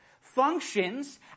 functions